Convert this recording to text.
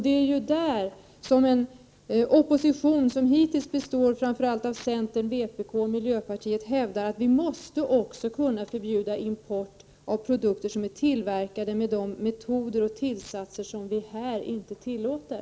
Den opposition som hittills består av framför allt centern, vpk och miljöpartiet hävdar att vi också måste kunna förbjuda import av produkter som är tillverkade med de metoder och tillsatser som vi här inte tillåter.